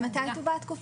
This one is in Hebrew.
באוקטובר 2019,